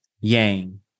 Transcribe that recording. Yang